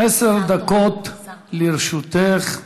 עשר דקות לרשותך.